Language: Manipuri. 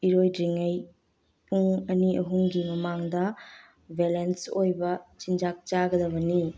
ꯏꯔꯣꯏꯗ꯭ꯔꯤꯉꯩ ꯄꯨꯡ ꯑꯅꯤ ꯑꯍꯨꯝꯒꯤ ꯃꯃꯥꯡꯗ ꯕꯦꯂꯦꯟꯁ ꯑꯣꯏꯕ ꯆꯤꯟꯖꯥꯛ ꯆꯥꯒꯗꯕꯅꯤ